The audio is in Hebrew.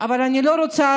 אבל אני לא רוצה